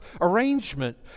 arrangement